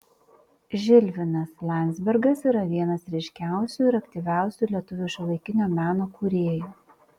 žilvinas landzbergas yra vienas ryškiausių ir aktyviausių lietuvių šiuolaikinio meno kūrėjų